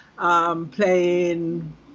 Playing